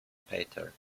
pater